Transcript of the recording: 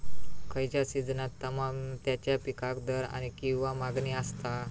खयच्या सिजनात तमात्याच्या पीकाक दर किंवा मागणी आसता?